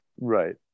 right